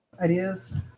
Ideas